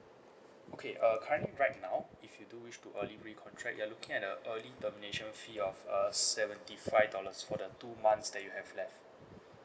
okay uh currently right now if you do wish to early recontract you are looking at a early termination fee of uh seventy five dollars for the two months that you have left